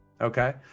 okay